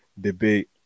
debate